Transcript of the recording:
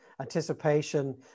anticipation